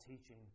teaching